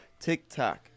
TikTok